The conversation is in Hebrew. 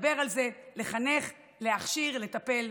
לדבר על זה, לחנך, להכשיר, לטפל.